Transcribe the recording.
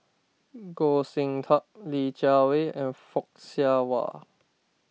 Goh Sin Tub Li Jiawei and Fock Siew Wah